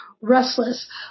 restless